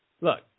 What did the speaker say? Look